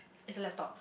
it's a laptop